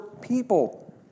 people